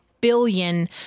billion